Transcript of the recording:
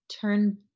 turn